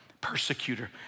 persecutor